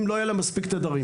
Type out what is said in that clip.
אם לא יהיו להם מספיק תדרים.